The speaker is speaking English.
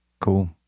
Cool